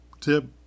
tip